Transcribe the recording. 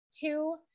two